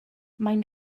maen